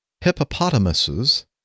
hippopotamuses